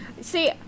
See